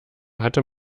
hatte